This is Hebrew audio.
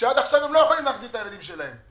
שעד עכשיו לא יכולים להחזיר את הילדים שלהם.